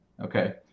Okay